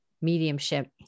mediumship